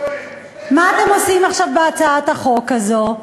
מה אתם עושים עכשיו בהצעת החוק הזאת?